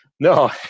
No